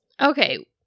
Okay